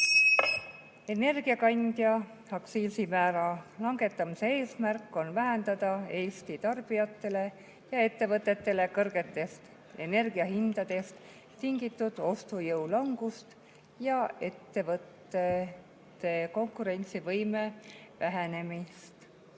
heaolu. Elektrikandja aktsiisimäära langetamise eesmärk on vähendada Eesti tarbijatele ja ettevõtetele kõrgetest energiahindadest tingitud ostujõu langust ja ettevõtete konkurentsivõime vähenemist.